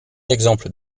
exemple